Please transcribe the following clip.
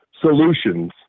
solutions